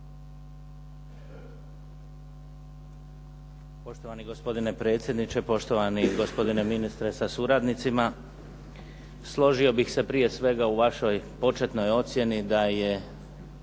Poštovani gospodine predsjedniče, poštovani gospodine ministre sa suradnicima. Složio bih se prije svega u vašoj početnoj ocjeni da je